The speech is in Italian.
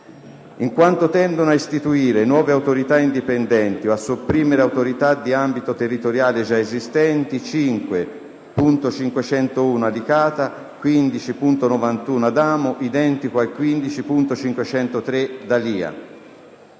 in quanto tendono a istituire nuove Autorità indipendenti o a sopprimere Autorità di ambito territoriale già esistenti: 5.501 Alicata; 15.91 Adamo, identico al 15.533 D'Alia.